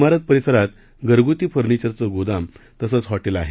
मारत परिसरात घरगुती फर्निचरचं गोदाम तसंच हॉटेल आहे